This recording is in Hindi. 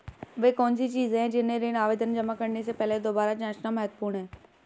वे कौन सी चीजें हैं जिन्हें ऋण आवेदन जमा करने से पहले दोबारा जांचना महत्वपूर्ण है?